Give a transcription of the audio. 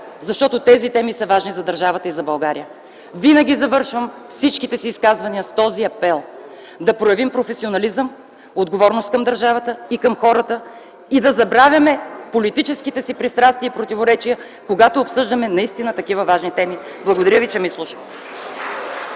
защото тези теми са важни за държавата и за България. Винаги завършвам всичките си изказвания с този апел: да проявим професионализъм, отговорност към държавата и към хората и да забравяме политическите си пристрастия и противоречия, когато обсъждаме наистина такива важни теми. Благодаря ви, че ме изслушахте.